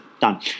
Done